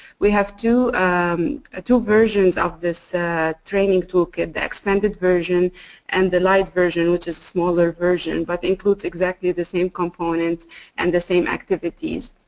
we have two ah two versions of this training tool kit, the expanded version and the light version which is a smaller version but includes exactly the same components and the same activities.